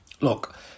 Look